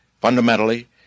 Fundamentally